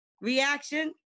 Reaction